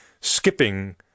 skipping